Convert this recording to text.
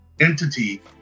entity